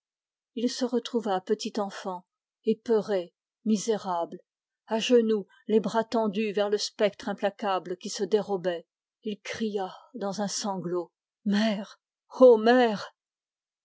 il se trouva petit enfant apeuré misérable à genoux les bras tendus vers le spectre implacable qui se dérobait il cria dans un sanglot mère